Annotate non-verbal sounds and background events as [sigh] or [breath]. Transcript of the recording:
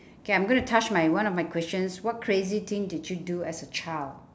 [breath] K I'm gonna touch my one of my questions what crazy thing did you do as a child